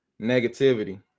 negativity